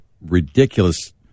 ridiculous